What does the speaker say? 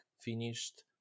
finished